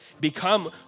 become